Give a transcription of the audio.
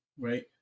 right